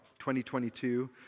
2022